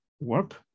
work